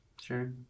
Sure